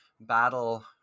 battle